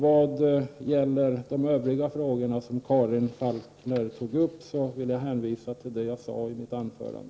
Vad gäller de övriga frågorna som Karin Falkmer tog upp vill jag hänvisa till vad jag sade i mitt huvudanförande.